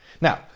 Now